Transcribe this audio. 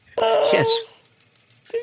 Yes